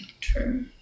True